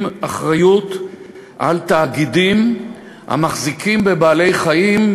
אחריות על תאגידים המחזיקים בבעלי-חיים,